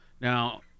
Now